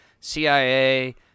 CIA